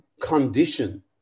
condition